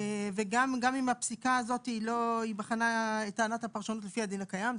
גם אם הפסיקה הזאת בחנה את טענת הפרשנות לפי הדין הקיים,